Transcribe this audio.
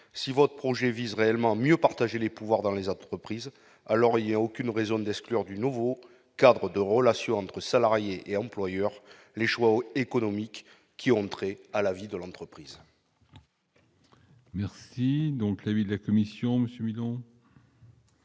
Si votre projet de loi vise réellement à mieux partager les pouvoirs dans les entreprises, madame la ministre, il n'y a aucune raison d'exclure du nouveau cadre de relations entre salariés et employeurs les choix économiques qui ont trait à la vie de l'entreprise. Quel est l'avis de la commission ? Selon